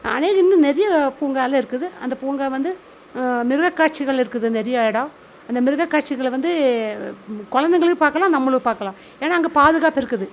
ஆனால் இன்னும் நிறைய பூங்காலாம் இருக்குது அந்த பூங்கா வந்து மிருகக்காட்சிகள் இருக்குது நிறைய எடம் அந்த மிருகக்காட்சிகளை வந்து கொழந்தைங்களும் பார்க்கலாம் நம்மளும் பார்க்கலாம் ஏனால் அங்கே பாதுகாப்பு இருக்குது